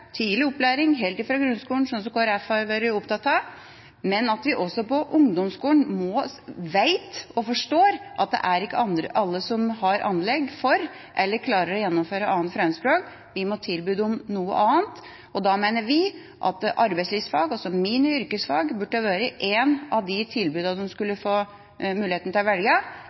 tidlig opplæring, helt fra grunnskolen – som Kristelig Folkeparti har vært opptatt av. Men også på ungdomsskolen vet og forstår vi at det er ikke alle som har anlegg for, eller klarer å gjennomføre, et 2. fremmedspråk. Vi må tilby dem noe annet. Da mener vi at arbeidslivsfag, altså «mini-yrkesfag», burde være et av de tilbudene de skulle